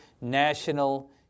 national